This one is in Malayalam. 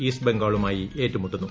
ഈസ്റ്റ് ബംഗാളുമായി ഏറ്റുമുട്ടുന്നു